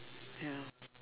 ya